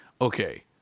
okay